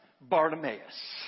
Bartimaeus